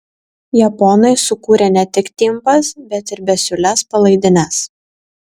japonai sukūrė ne tik timpas bet ir besiūles palaidines